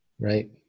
Right